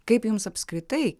kaip jums apskritai